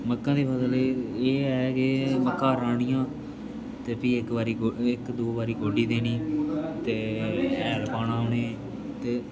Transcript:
मक्कां दी फसल एह् ऐ कि मक्कां राह्नियां ते भीऽ इक बारी इक दो बारी गोड्डी देनी ते हैल पाना उ'नें ई ते